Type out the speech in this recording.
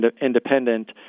independent